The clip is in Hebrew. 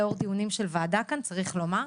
לאור דיונים של ועדה כאן צריך לומר.